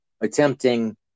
Attempting